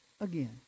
again